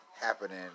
happening